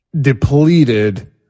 Depleted